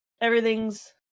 everything's